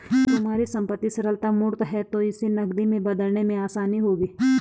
तुम्हारी संपत्ति तरलता मूर्त है तो इसे नकदी में बदलने में आसानी होगी